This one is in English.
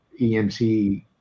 EMC